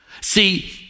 See